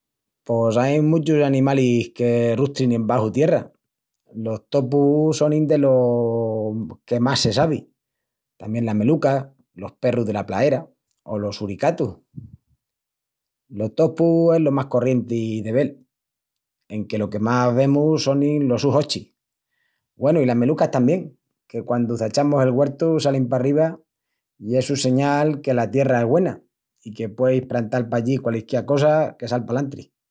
Pos ain muchus animalis que rustrin embaxu tierra. Los topus sonin delos que más se sabi, tamién las melucas, los perrus dela plaera o los suricatus. Los topus es lo más corrienti de vel, enque lo que más vemus sonin los sus hochis. Güenu, i las melucas tamién, que quandu çachamus el güertu salin parriba i essu es señal que la tierra es güena i que pueis prantal pallí qualisquiá cosa que sal palantri.